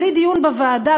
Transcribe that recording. בלי דיון בוועדה,